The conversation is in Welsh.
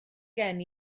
gen